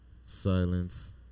silence